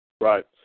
Right